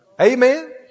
Amen